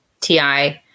TI